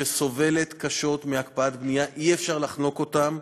שסובלת קשות מהקפאת בנייה אי-אפשר לחנוק אותם.